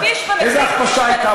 איזה הכפשה הייתה פה?